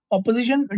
Opposition